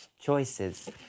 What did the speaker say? Choices